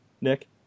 Nick